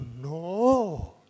no